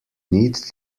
need